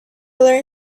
learn